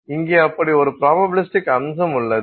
இங்கே அப்படி ஒரு ஃபிராபபிலிஸ்ட்க் அம்சம் உள்ளது